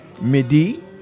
midi